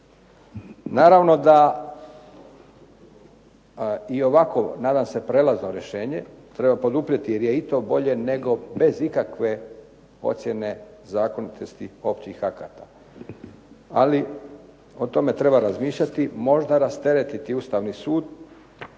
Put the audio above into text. Naravno da i ovako, nadam se prelazno rješenje, treba poduprijeti jer je i to bolje nego bez ikakve ocjene zakonitosti općih akata. Ali o tome treba razmišljati, možda rasteretiti Ustavni sud